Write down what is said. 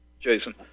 Jason